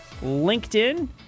LinkedIn